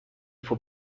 for